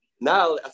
Now